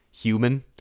human